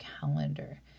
calendar